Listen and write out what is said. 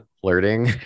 flirting